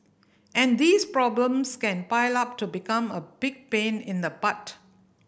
and these problems can pile up to become a big pain in the butt